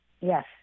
Yes